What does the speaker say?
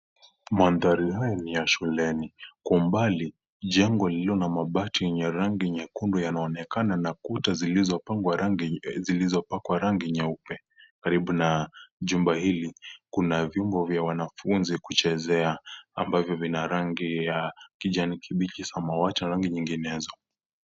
Maandhari haya ni ya shuleni. Kwa umbali, jengo lililo na mabati ya rangi nyekundu linaonekana na kuta zilizopakwa rangi nyeupe. Karibu na chumba hili, kuna vyumba vya wanafunzi kuchezea, ambavyo vina rangi ya kijani kibichi, samawati na rangi nyinginezo.